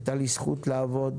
הייתה לי הזכות לעבוד